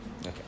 Okay